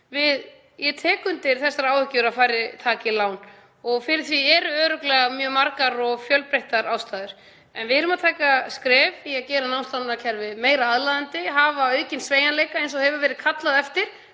Ég tek undir þessar áhyggjur af því að færri taki lán og fyrir því eru örugglega mjög margar og fjölbreyttar ástæður. En við erum að taka skref í að gera námslánakerfið meira aðlaðandi, hafa aukinn sveigjanleika eins og hefur verið kallað eftir